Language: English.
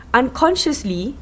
unconsciously